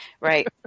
right